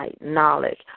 knowledge